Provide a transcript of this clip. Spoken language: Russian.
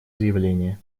заявление